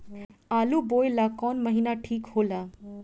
आलू बोए ला कवन महीना ठीक हो ला?